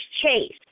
Chase